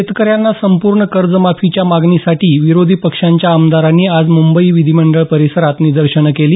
शेतकऱ्यांना संपूर्ण कर्जमाफीच्या मागणीसाठी विरोधी पक्षांच्या आमदारांनी आज मुंबईत विधीमंडळ परिसरात निदर्शनं केली